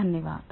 धन्यवाद